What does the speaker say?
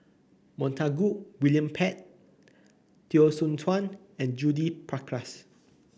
Montague William Pett Teo Soon Chuan and Judith Prakash